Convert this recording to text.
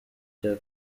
cya